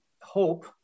hope